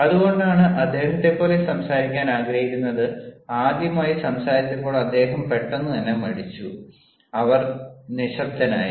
എന്തുകൊണ്ടാണ് അദ്ദേഹത്തെപ്പോലെ സംസാരിക്കാൻ ആഗ്രഹിക്കുന്നത് ആദ്യമായി സംസാരിച്ചപ്പോൾ അദ്ദേഹം പെട്ടെന്നുതന്നെ മടിച്ചു അവൻ നിശബ്ദനായി